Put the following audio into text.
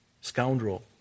scoundrel